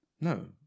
No